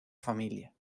familia